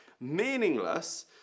Meaningless